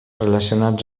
relacionats